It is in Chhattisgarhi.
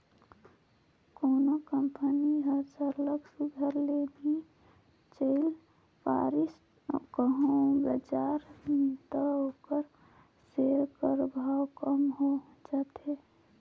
कोनो कंपनी हर सरलग सुग्घर ले नी चइल पारिस कहों बजार में त ओकर सेयर कर भाव कम हो जाथे